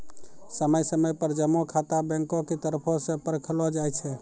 समय समय पर जमा खाता बैंको के तरफो से परखलो जाय छै